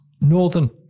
Northern